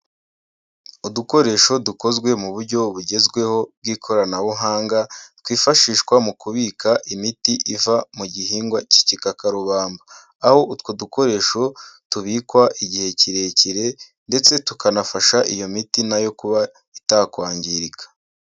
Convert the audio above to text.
Udukoresho dukozwe mu buryo bugezweho bw'ikoranabuhanga twifashishwa mu kubika imiti iva mu gihingwa cy'ikikakarubamba, aho utwo dukoresho tubikwa igihe kirekire ndetse tukanafasha iyo miti na yo kuba itakwangirika.